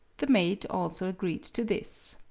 the maid also agreed to this.